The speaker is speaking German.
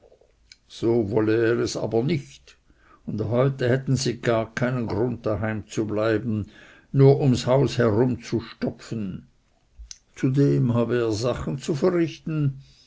so wolle er es aber nicht und heute hätten sie gar keinen grund daheim zu bleiben nur um ums haus herumzustopfen zudem habe er sachen zu verrichten